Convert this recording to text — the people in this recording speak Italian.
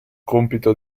compito